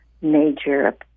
major